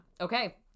Okay